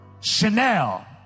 Chanel